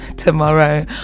tomorrow